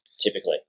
typically